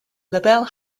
labelle